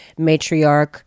matriarch